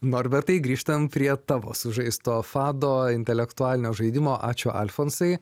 norbertai grįžtant prie tavo sužaisto fado intelektualinio žaidimo ačiū alfonsai